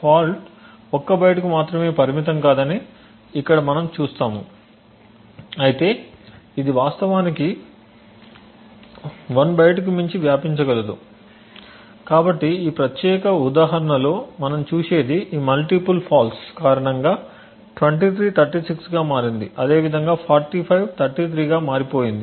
fault ఒక్క బైట్కు మాత్రమే పరిమితం కాదని ఇక్కడ మనం చూశాము అయితే ఇది వాస్తవానికి 1 బైట్కు మించి వ్యాపించగలదు కాబట్టి ఈ ప్రత్యేక ఉదాహరణలో మనం చూసేది ఈ మల్టిపుల్ ఫాల్ట్స్ కారణంగా 23 36 గా మారింది అదేవిధంగా 45 33 గా మారిపోయింది